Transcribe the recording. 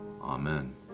Amen